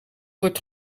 wordt